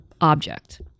object